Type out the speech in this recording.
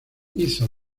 hizo